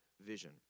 vision